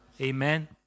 Amen